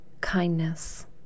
kindness